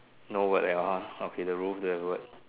no word at all ah okay the roof there's a word